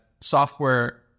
software